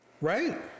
right